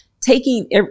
taking